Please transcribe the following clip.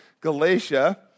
Galatia